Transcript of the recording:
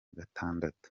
gatandatu